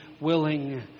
willing